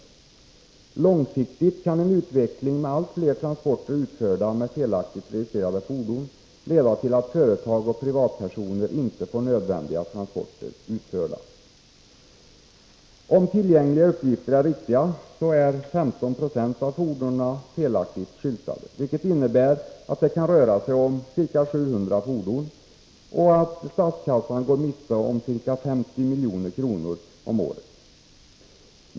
Om planerna på att Långsiktigt kan en utveckling med allt fler transporter utförda med felaktigt godkänna en ny typ registrerade fordon leda till att privatpersoner och företag inte får nödvändi = av mi oped ga transporter utförda. Om tillgängliga uppgifter är riktiga är ca 15 26 av fordonen felaktigt skyltade, dvs. ca 700 fordon. Det innebär att statskassan går miste om ca 50 milj.kr. om året.